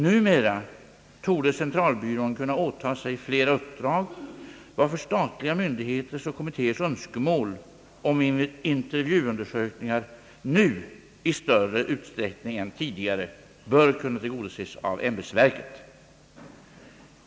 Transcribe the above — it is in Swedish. Numera torde centralbyrån kunna åta sig flera uppdrag, varför statliga myndigheters och kommittéers önskemål om intervjuundersökningar nu i större utsträckning än tidigare bör kunna tillgodoses av ämbetsverket.